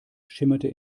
schimmerte